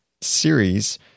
series